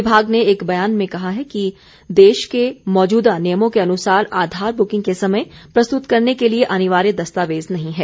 विमाग ने एक बयान में कहा है कि देश के मौजूदा नियमों के अनुसार आधार बुर्किंग के समय प्रस्तुत करने के लिए अनिवार्य दस्तावेज नहीं है